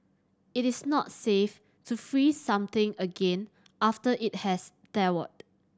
it is not safe to freeze something again after it has thawed